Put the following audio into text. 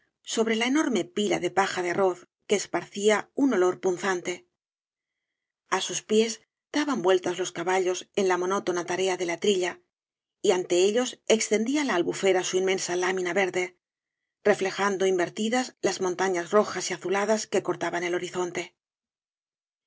sobre la enorme pila de paja de arroz que esparcía un olor punzante a sus pies daban vuel tas los caballos en la monótona tarea de la trilla y ante ellos extendía la albufera su inmensa lámina verde reflejando invertidas las montafias rojas y azuladas que cortaban el horizonte